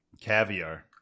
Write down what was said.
Caviar